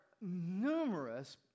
numerous